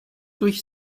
durch